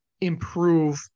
improve